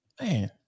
man